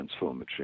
transformatory